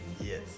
yes